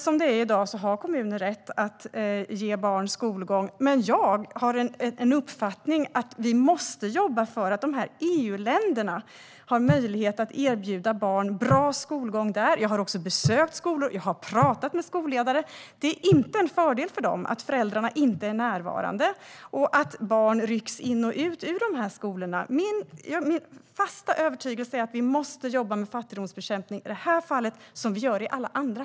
Som det är i dag har kommuner rätt att ge barn skolgång, men min uppfattning är att vi måste jobba för att dessa EU-länder ska ha möjlighet att erbjuda barn bra skolgång där. Jag har också besökt skolor och pratat med skolledare. Det är inte en fördel för dem att föräldrarna inte är närvarande och att barn rycks in i och ut ur dessa skolor. Min fasta övertygelse är att vi måste jobba med fattigdomsbekämpning i det här fallet som vi gör i alla andra.